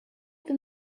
them